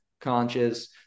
conscious